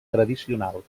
tradicional